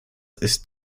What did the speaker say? ist